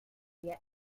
yet